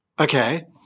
Okay